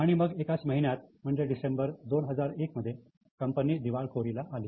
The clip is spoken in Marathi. आणि मग एकाच महिन्यात म्हणजे डिसेंबर 2001 मध्ये कंपनी दिवाळखोरीला आली